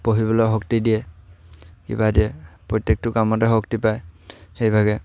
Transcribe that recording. পঢ়িবলৈ শক্তি দিয়ে কিবা দিয়ে প্ৰত্যেকটো কামতে শক্তি পায় সেইভাগে